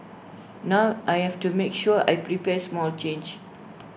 now I have to make sure I prepare small change